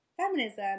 feminism